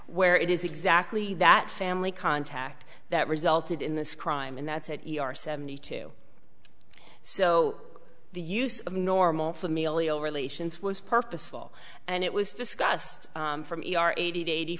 where it is exactly that family contact that resulted in this crime and that said seventy two so the use of normal familial relations was purposeful and it was discussed for me are eighty to eighty